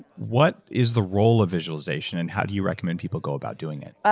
what is the role of visualization and how do you recommend people go about doing it?